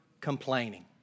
complaining